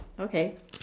okay